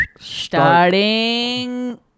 Starting